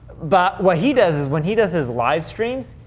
but what he does, is when he does his live streams,